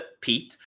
Pete